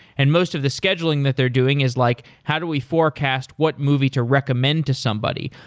and most of the scheduling that they're doing is like, how do we forecast what movie to recommend to somebody?